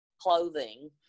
clothing